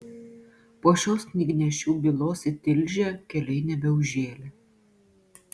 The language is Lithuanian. po šios knygnešių bylos į tilžę keliai nebeužžėlė